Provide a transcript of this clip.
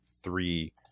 Three